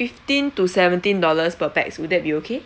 fifteen to seventeen dollars per pax would that be okay